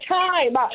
time